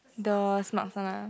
the smart fund ah